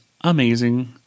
amazing